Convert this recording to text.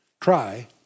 try